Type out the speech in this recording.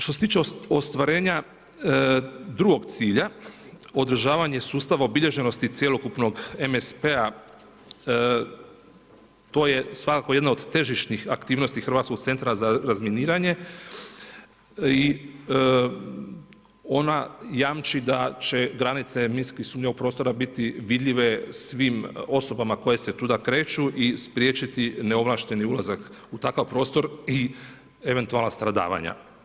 Što se tiče ostvarenja drugog cilja, održavanja sustava obilježenog cjelokupnog MSP-a to je svakako jedna od težišnih aktivnosti Hrvatskog centra za razminiranje i ona jamči da će granice minski sumnjivog prostora biti vidljive svim osobama koje se tuda kreću i spriječiti neovlašteni ulazak u takav prostor i eventualna stradavanja.